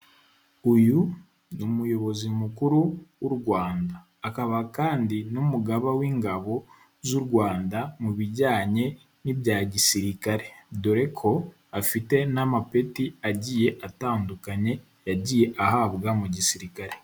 Uyu ni umuyobozi mukuru w'u Rwanda akaba kandi n'umugaba w'ingabo z'u Rwanda mu bijyanye n'ibya gisirikare, dore ko afite n'amapeti agiye atandukanye yagiye ahabwa mu gisirikare.